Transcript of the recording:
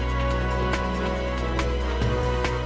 or